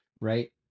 right